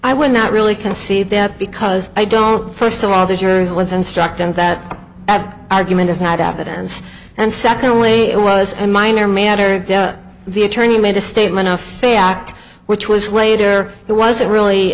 i would not really can see that because i don't first of all the jurors was instructed that that argument is not evidence and secondly it was a minor matter the attorney made a statement of fact which was later it wasn't really